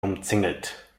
umzingelt